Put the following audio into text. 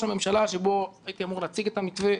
הממשלה שבו הייתי אמור להציג את המתווה,